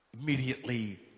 Immediately